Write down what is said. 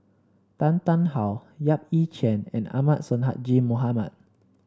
Tan Tarn How Yap Ee Chian and Ahmad Sonhadji Mohamad